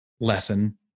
lesson